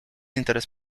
interes